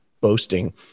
boasting